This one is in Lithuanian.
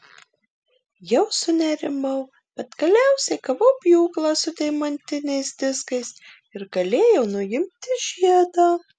jau sunerimau bet galiausiai gavau pjūklą su deimantiniais diskais ir galėjau nuimti žiedą